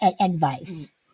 advice